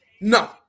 No